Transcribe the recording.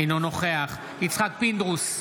אינו נוכח יצחק פינדרוס,